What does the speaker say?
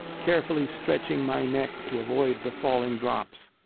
carefully stretching my neck to avoid the falling drops.